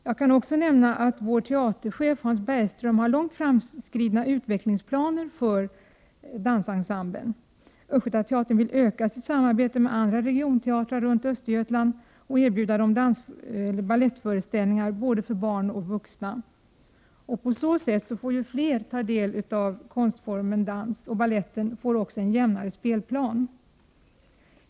Jag kan också nämna att vår teaterchef, Hans Bergström, har långt framskridna planer när det gäller utveckling av dansensemblen. Östergötlands länsteater vill utveckla sitt samarbete med andra regionteatrar i Östergötland och erbjuda dem balettföreställningar både för barn och vuxna. På så sätt kommer fler att få ta del av konstformen dans och baletten får också en mer jämnt fördelning i sin spelplan.